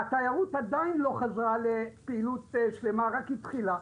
התיירות עדין לא חזרה לפעילות שלמה אלא רק התחילה,